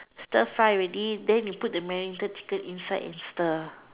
stir fry already then you put the marinated chicken inside and stir